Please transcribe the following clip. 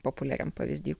populiariam pavyzdy